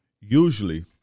Usually